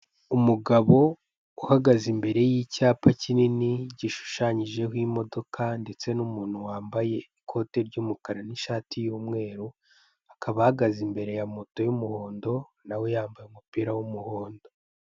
Umugabo uhagaze imbere y'icyapa kinini gishushanyijeho imodoka ndetse n'umuntu wambaye ikote ry'umukara n'ishati y'umweru, akaba ahagaze umbere ya moto y'umugondo na we yambaye umupira w'umuhondo.